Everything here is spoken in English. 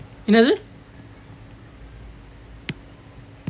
என்னது:ennathu